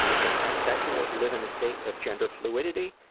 can transsexuals live in a state of gender fluidity?